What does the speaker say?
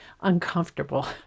uncomfortable